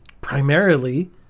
primarily